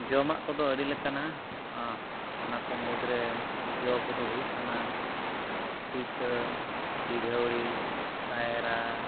ᱡᱚᱢᱟᱜ ᱠᱚᱫᱚ ᱟᱹᱰᱤ ᱞᱮᱠᱟᱱᱟᱜ ᱚᱱᱟ ᱠᱚ ᱢᱩᱫᱽᱨᱮ ᱡᱚ ᱠᱚᱫᱚ ᱦᱩᱭᱩᱜ ᱠᱟᱱᱟ ᱥᱩᱭᱛᱟᱹᱢ ᱰᱤᱰᱷᱟᱹᱣᱲᱤ ᱠᱟᱭᱨᱟ